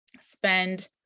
spend